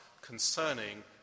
concerning